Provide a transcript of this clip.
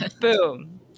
boom